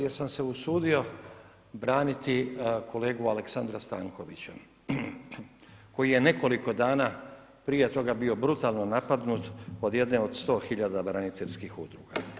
Jer sam se usudio braniti kolegu Aleksandra Stankovića koji je nekoliko dana prije toga bio brutalno napadnut od jedne od sto tisuća braniteljskih udruga.